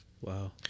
Wow